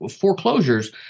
foreclosures